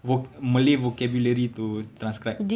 voc~ malay vocabulary to transcribe